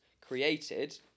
created